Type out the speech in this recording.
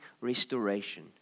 restoration